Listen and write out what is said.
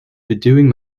bedewing